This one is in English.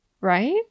right